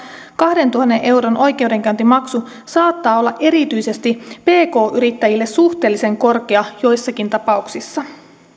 kahdentuhannen euron oikeudenkäyntimaksu saattaa olla erityisesti pk yrittäjille suhteellisen korkea joissakin tapauksissa